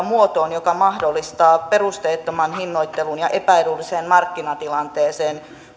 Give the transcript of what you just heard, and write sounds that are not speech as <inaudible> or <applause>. <unintelligible> muotoon joka mahdollistaa perusteettomaan hinnoitteluun ja epäedulliseen markkinatilanteeseen